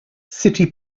city